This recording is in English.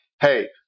hey